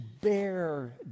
bear